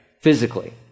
physically